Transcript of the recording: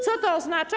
Co to oznacza?